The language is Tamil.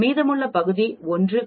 மீதமுள்ள பகுதி 1 கழித்தல் 0